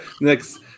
Next